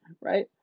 right